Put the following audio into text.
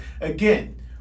again